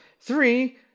Three